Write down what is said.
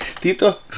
Tito